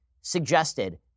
suggested